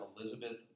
Elizabeth